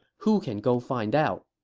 who can go find out?